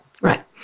Right